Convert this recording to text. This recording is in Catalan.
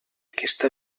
aquesta